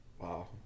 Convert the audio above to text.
Wow